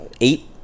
eight